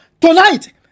Tonight